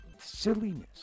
Silliness